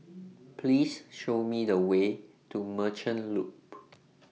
Please Show Me The Way to Merchant Loop